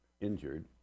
injured